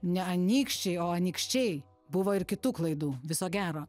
ne anykščiai o anykščiai buvo ir kitų klaidų viso gero